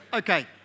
Okay